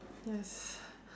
yes